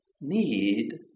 need